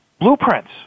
blueprints